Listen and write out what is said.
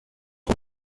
خوب